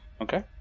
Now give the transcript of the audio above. Okay